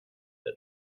der